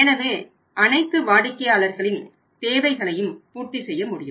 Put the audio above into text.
எனவே அனைத்து வாடிக்கையாளர்களின் தேவைகளையும் பூர்த்தி செய்ய முடியும்